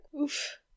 Oof